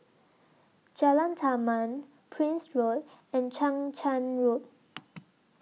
Jalan Taman Prince Road and Chang Charn Road